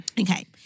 Okay